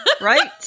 Right